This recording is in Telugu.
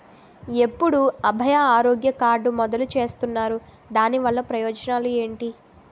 ఎప్పుడు అభయ ఆరోగ్య కార్డ్ మొదలు చేస్తున్నారు? దాని వల్ల ప్రయోజనాలు ఎంటి?